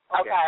Okay